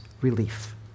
relief